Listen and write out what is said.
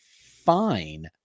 fine